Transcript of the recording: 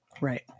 Right